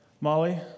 Molly